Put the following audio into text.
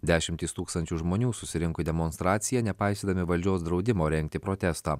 dešimtys tūkstančių žmonių susirinko į demonstraciją nepaisydami valdžios draudimo rengti protestą